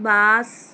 bus